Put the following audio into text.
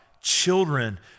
children